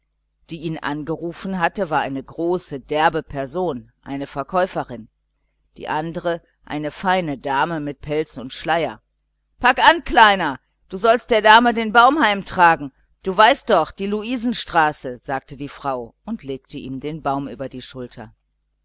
die ihn angerufen hatte war eine große derbe person eine verkäuferin die andere eine dame mit pelz und schleier pack an kleiner du sollst der dame den baum heimtragen du weißt doch die luisenstraße sagte die frau und legte ihm den baum über die schulter